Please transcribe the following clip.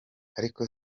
ariko